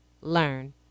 learn